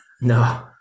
no